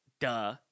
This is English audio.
Duh